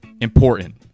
important